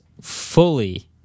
fully